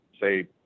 say